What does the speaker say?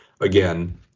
again